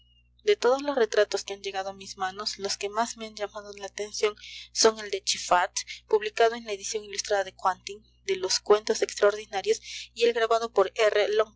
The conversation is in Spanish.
de todos los retratos que han llegado a mis manos los que más me han llamado la atención son el de chiffart publicado en la edición ilustrada de quantin de los cuentos extraordinarios y el grabado por